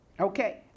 Okay